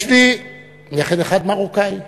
יש לי נכד אחד מרוקאי,